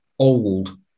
old